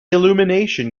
illumination